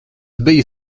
bija